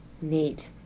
Neat